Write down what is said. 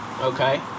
Okay